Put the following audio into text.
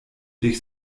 dich